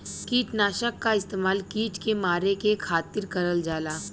किटनाशक क इस्तेमाल कीट के मारे के खातिर करल जाला